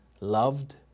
loved